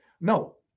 No